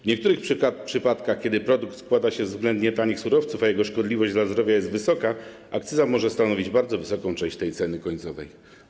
W niektórych przypadkach, kiedy produkt składa się ze względnie tanich surowców, a jego szkodliwość dla zdrowia jest wysoka, akcyza może stanowić bardzo wysoką część tej ceny końcowej.